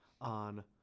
on